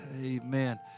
Amen